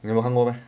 你们看过 meh